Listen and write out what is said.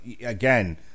again